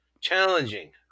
challenging